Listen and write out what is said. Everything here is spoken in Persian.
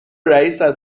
رئیست